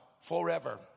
forever